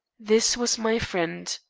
this was my friend.